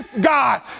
God